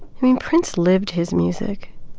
i mean, prince lived his music.